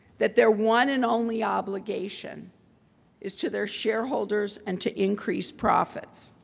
that there one and only obligation is to their shareholders and to increase profits.